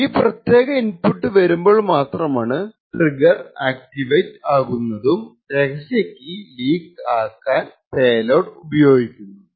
ഈ പ്രത്യേക ഇൻപുട്ട് വരുമ്പോൾ മാത്രമാണ് ട്രിഗ്ഗർ ആക്റ്റിവേറ്റ് ആകുന്നതും രഹസ്യ കീ ലീക്ക് ആക്കാൻ പേലോഡ് ഉപയോഗിക്കുന്നതും